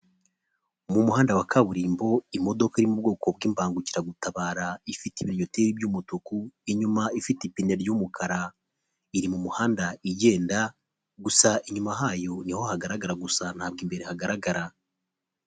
Ni umuhanda wa kaburimbo imodoka iri mu bwoko bw'imbangukiragutabara, ifite ibinnyoteri by'umutuku, inyuma ifite ipine ry'umukara. Iri mu muhanda igenda gusa inyuma hayo ni ho hagaragara gusa ntabwo imbere hagaragara.